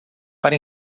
para